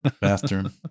bathroom